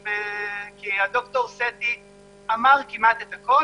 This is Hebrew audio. כי ד"ר סטי אמר כמעט את הכול.